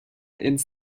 ins